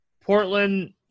Portland